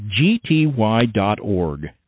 gty.org